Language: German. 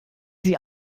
sie